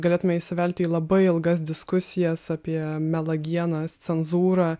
galėtume įsivelti į labai ilgas diskusijas apie melagienas cenzūrą